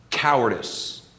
cowardice